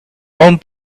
own